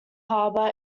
harbor